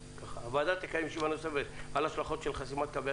הוועדה תקיים ישיבה נוספת על השלכות של חסימת קווי